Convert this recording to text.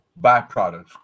byproducts